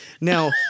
Now